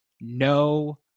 no